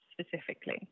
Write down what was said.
specifically